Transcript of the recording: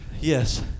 yes